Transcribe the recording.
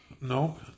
No